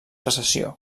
recessió